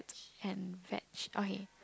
and veg okay